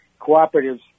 cooperatives